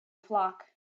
flock